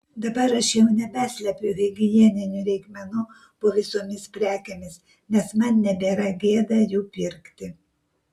dabar aš jau nebeslepiu higieninių reikmenų po visomis prekėmis nes man nebėra gėda jų pirkti